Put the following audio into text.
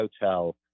Hotel